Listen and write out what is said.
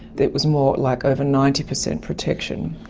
it was more like over ninety percent protection.